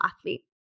athlete